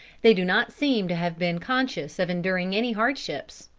they do not seem to have been conscious of enduring any hardships.